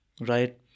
right